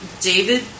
David